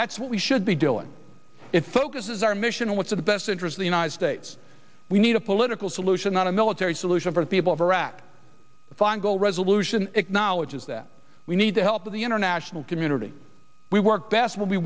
that's what we should be doing it focuses our mission with the best interest the united states we need a political solution not a military solution for the people of iraq feingold resolution acknowledges that we need the help of the international community we work best when we